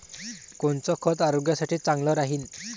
कोनचं खत आरोग्यासाठी चांगलं राहीन?